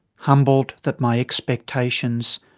humbled that my expectations,